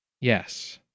Yes